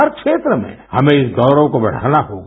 हर क्षेत्र में हमें इस गौरव को बढ़ाना होगा